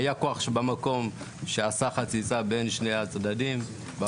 היה כוח במקום שעשה חציצה בין שני הצדדים.